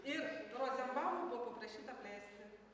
ir rozenbaumo buvo paprašyta apleisti